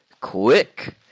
quick